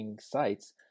sites